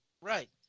Right